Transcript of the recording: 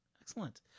excellent